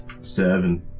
Seven